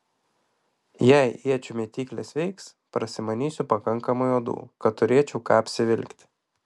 jei iečių mėtyklės veiks prasimanysiu pakankamai odų kad turėčiau ką apsivilkti